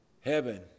Heaven